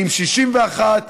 עם 61,